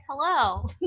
Hello